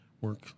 work